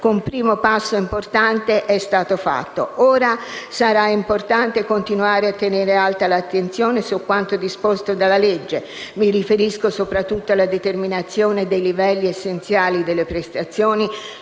un primo passo importante è stato fatto. Ora sarà importante continuare a tenere alta l'attenzione su quanto disposto dal disegno di legge; mi riferisco soprattutto alla determinazione dei livelli essenziali delle prestazioni